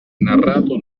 narrato